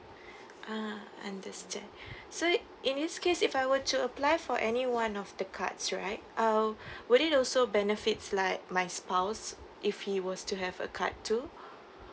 ah understand so it in this case if I will to apply for any one of the cards right uh would it also benefits like my spouse if he was to have a card too